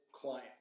client